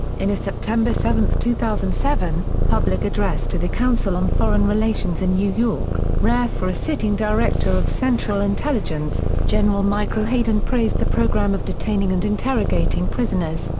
in a september seven, two thousand and seven, public address to the council on foreign relations in new york, rare for a sitting director of central intelligence, general michael hayden praised the program of detaining and interrogating prisoners,